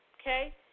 okay